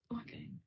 okay